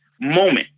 moment